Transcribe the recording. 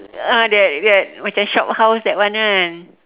uh the the macam shophouse that one kan